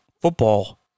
football